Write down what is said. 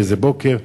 באיזה בוקר,